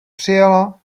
přijela